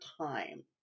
time